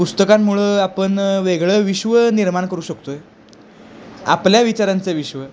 पुस्तकांमुळं आपण वेगळं विश्व निर्माण करू शकतो आहे आपल्या विचारांचं विश्व